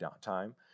time